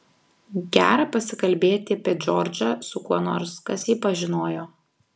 gera pasikalbėti apie džordžą su kuo nors kas jį pažinojo